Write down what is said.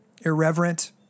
irreverent